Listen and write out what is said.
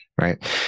right